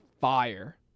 fire